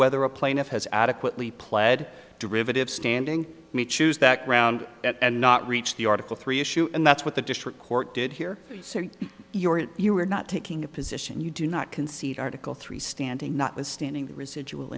whether a plaintiff has adequately pled derivative standing may choose that ground and not reach the article three issue and that's what the district court did hear your it you are not taking a position you do not concede article three standing notwithstanding the residual